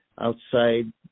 outside